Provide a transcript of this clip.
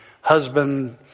husband